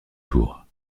tours